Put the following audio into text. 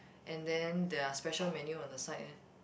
and then their special menu on the side leh